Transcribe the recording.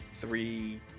three